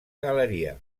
galeria